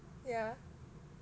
yeah